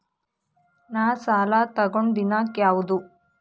ನಾ ಸಾಲ ತಗೊಂಡು ದಿನಾಂಕ ಯಾವುದು?